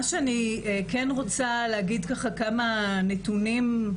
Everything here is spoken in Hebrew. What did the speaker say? מה שאני כן רוצה להגיד כמה נתונים,